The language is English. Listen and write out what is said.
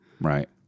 right